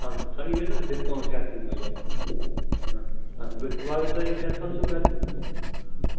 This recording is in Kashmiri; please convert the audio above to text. اَہَن حظ تۄہہِ یِیَوٕ نہَ حظ ڈِسکاوُنٛٹ ہٮ۪تھ یہِ مُجراہ نہَ اَہَن وۅنۍ اَگر تُہۍ یہِ کیٚنسَل چھُو کَرٕنۍ